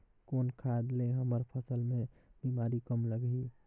कौन खाद ले हमर फसल मे बीमारी कम लगही?